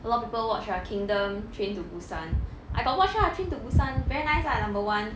a lot of people watch lah kingdom train to busan I got watch lah train to busan very nice lah number one